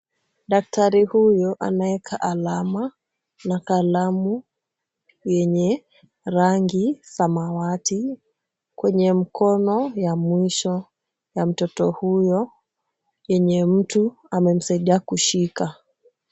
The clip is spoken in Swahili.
Daktari huyu anaweka alama na kalamu yenye rangi samawati kwenye mkono ya mwisho ya mtoto huyo yenye mtu amemsaidia kushika.